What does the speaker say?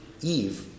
Eve